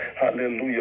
Hallelujah